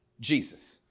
Jesus